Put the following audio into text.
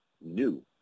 new